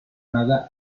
nada